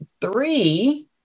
three